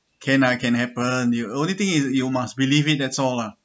can ah can happen the only thing is you must believe it that's all lah